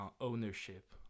ownership